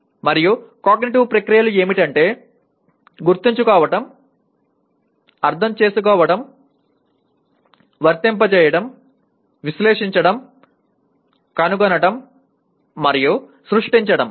మరియు కాగ్నిటివ్ ప్రక్రియలు ఏమిటంటే గుర్తుంచుకోవడం అర్థం చేసుకోవడం వర్తింపచేయడం విశ్లేషించడం కనుగొనడం మరియు సృష్టించడం